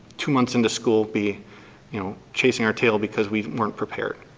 two months into school be you know chasing our tail because we weren't prepared.